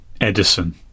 Edison